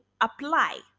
apply